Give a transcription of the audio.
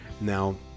now